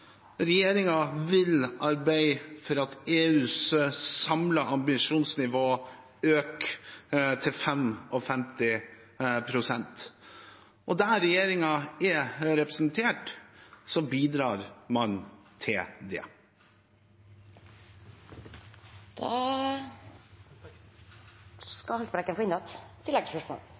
vil arbeide for at EUs samlede ambisjonsnivå øker til 55 pst, og der regjeringen er representert, bidrar man til det. Lars Haltbrekken